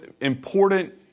important